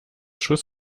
schuss